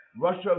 Russia